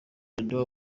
jado